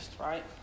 right